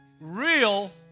Real